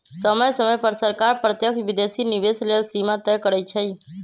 समय समय पर सरकार प्रत्यक्ष विदेशी निवेश लेल सीमा तय करइ छै